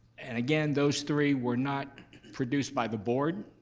and again, those three were not produced by the board.